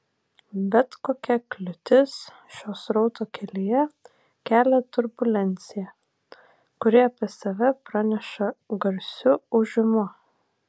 bet kokia kliūtis šio srauto kelyje kelia turbulenciją kuri apie save praneša garsiu ūžimu